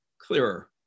clearer